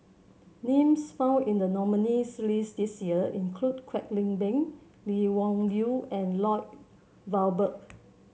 names found in the nominees' list this year include Kwek Leng Beng Lee Wung Yew and Lloyd Valberg